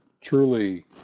Truly